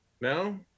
No